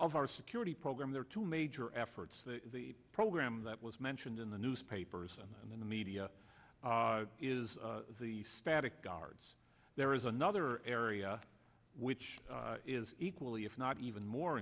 that of our security program there are two major efforts the program that was mentioned in the newspapers and in the media is the static guards there is another area which is equally if not even more